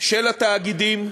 של התאגידים,